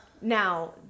Now